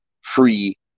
free